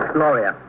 Gloria